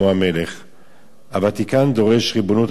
הוותיקן דורש ריבונות על אתר הכותל והר-הבית,